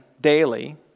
daily